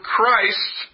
Christ